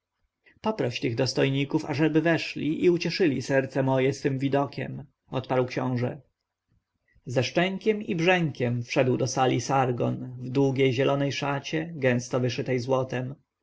poproś tych dostojników ażeby weszli i ucieszyli serce moje swym widokiem odparł książę ze szczękiem i brzękiem wszedł do sali sargon w długiej zielonej szacie gęsto wyszytej złotem